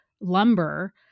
lumber